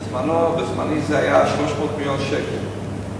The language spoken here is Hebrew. בזמני זה היה 300 מיליון שקל,